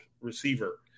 receiver